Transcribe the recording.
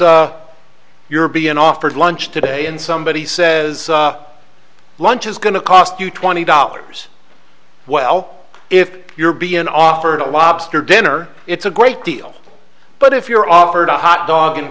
being offered lunch today and somebody says lunch is going to cost you twenty dollars well if you're being offered a lobster dinner it's a great deal but if you're offered a hotdog and